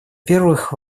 первых